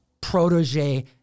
protege